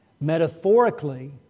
Metaphorically